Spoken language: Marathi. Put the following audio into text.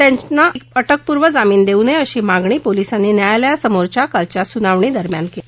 त्यांना अटकपूर्व जामिन देऊ नये अशी मागणी पोलिसांनी न्यायालयासमोर कालच्या सुनावणी दरम्यान केली